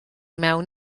mewn